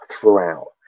throughout